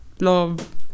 love